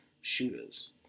Shooters